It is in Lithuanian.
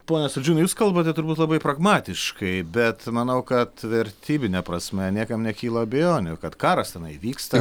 pone saldžiūnai jūs kalbate turbūt labai pragmatiškai bet manau kad vertybine prasme niekam nekyla abejonių kad karas tenai vyksta